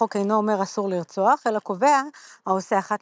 החוק אינו אומר "אסור לרצוח" אלא קובע "העושה אחת